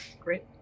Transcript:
Great